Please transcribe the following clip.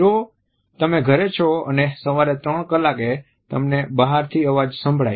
જો તમે ઘરે છો અને સવારે 3 કલાકે તમને બહારથી અવાજ સંભળાય